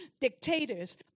Dictators